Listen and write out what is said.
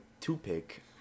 toothpick